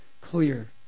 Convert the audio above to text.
clear